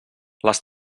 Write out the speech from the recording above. les